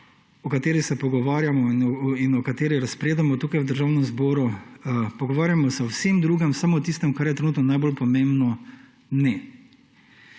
o kateri se pogovarjamo in o kateri razpredamo tukaj v državnem zboru. Pogovarjamo se o vsem drugem, samo o tistem, kar je trenutno najbolj pomembno, ne.